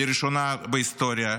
לראשונה בהיסטוריה,